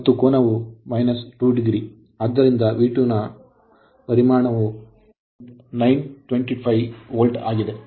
ಆದ್ದರಿಂದ V2 ನ ಪರಿಮಾಣವು 1925 ವೋಲ್ಟ್ ಆಗಿದೆ